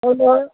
औ दहाय